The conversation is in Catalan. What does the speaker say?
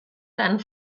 tant